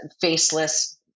faceless